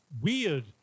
weird